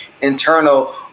internal